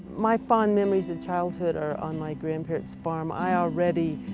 my fond memories of childhood are on my grandparent's farm. i already